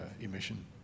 emission